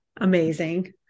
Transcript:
Amazing